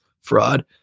fraud